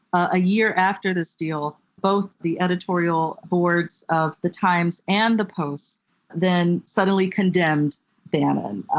a year after this deal, both the editorial boards of the times and the post then suddenly condemned bannon,